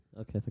Okay